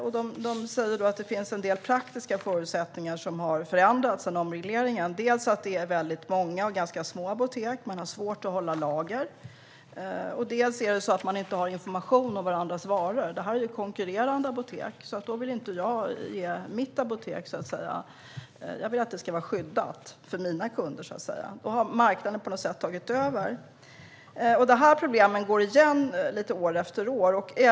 De säger att det finns en del praktiska förutsättningar som har förändrats sedan omregleringen. Dels finns det väldigt många apotek, och en del är ganska små. Man har svårt att hålla lager. Dels är det så att man inte har information om varandras varor. Det här är konkurrerande apotek, och de vill att informationen ska vara skyddad. Då har på något sätt marknaden tagit över. De här problemen går igen år efter år.